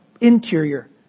interior